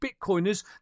Bitcoiners